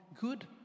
good